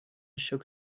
shook